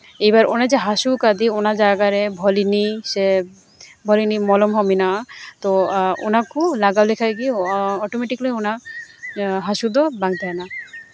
ᱮᱭᱵᱟᱨ ᱚᱱᱮ ᱡᱮ ᱦᱟᱹᱥᱩ ᱠᱟᱫᱮᱭᱟ ᱚᱱᱟ ᱡᱟᱭᱜᱟ ᱨᱮ ᱵᱷᱳᱞᱤᱱᱤ ᱥᱮ ᱵᱷᱳᱞᱤᱱᱤ ᱢᱚᱞᱚᱢ ᱦᱚᱸ ᱢᱮᱱᱟᱜᱼᱟ ᱛᱚ ᱚᱱᱟᱠᱚ ᱞᱟᱜᱟᱣ ᱞᱮᱠᱷᱟᱡ ᱜᱮ ᱚᱴᱳᱢᱮᱴᱤᱠᱞᱤ ᱚᱱᱟ ᱦᱟᱹᱥᱩ ᱫᱚ ᱵᱟᱝ ᱛᱟᱦᱮᱱᱟ